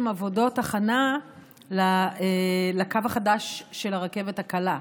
עבודות הכנה לקו החדש של הרכבת הקלה,